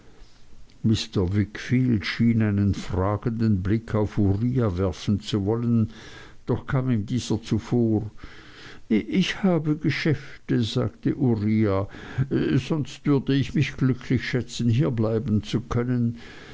mr wickfield schien einen fragenden blick auf uriah werfen zu wollen doch kam ihm dieser zuvor ich habe geschäfte sagte uriah sonst würde ich mich glücklich schätzen hier bleiben zu können